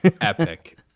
Epic